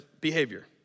behavior